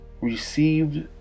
received